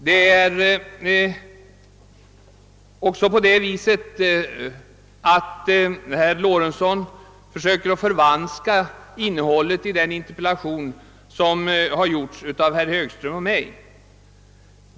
Det är också på det viset att herr Lorentzon försöker förvanska innehållet i den interpellation som har framställts av herr Högström och mig.